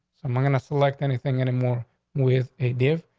um i'm gonna select anything anymore with a div.